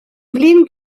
flin